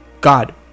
God